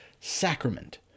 sacrament